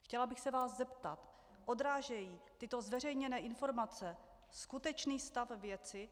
Chtěla bych se vás zeptat: Odrážejí tyto zveřejněné informace skutečný stav věci?